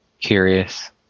curious